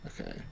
Okay